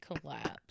collapsed